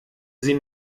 sie